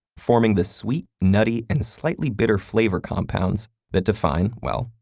forming the sweet, nutty, and slightly bitter flavor compounds that define, well,